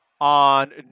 on